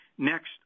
Next